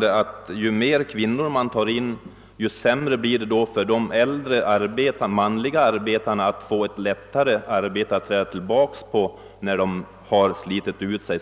på att ju mer kvinnor man tar in, desto sämre blir möjligheterna för de äldre manliga arbetarna att få lättare sysselsättning som de kan falla tillbaka på när de slitit ut sig.